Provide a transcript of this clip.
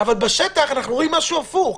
אבל בשטח אנחנו רואים משהו הפוך.